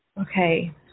Okay